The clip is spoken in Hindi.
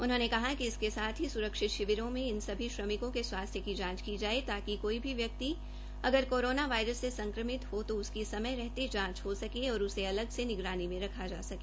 उन्होंने कहा कि इसके साथ ही सुरक्षित शिविरों में इन सभी श्रमिकों के स्वास्थ्य की जांच की जाये ताकि कोई भी व्यक्ति अगर कोरोना वायरस से संक्रमित हो तो इसकी समय रहते जांच हो सके और इसे अलग से निगरानी में रखा जा सके